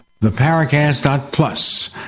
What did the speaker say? theparacast.plus